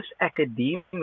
academia